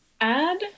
add